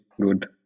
good